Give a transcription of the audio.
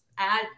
add